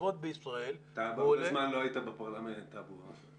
אתה המון זמן לא היית בפרלמנט, אבו.